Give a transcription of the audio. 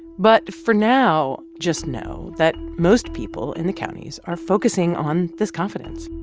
but for now, just know that most people in the counties are focusing on this confidence.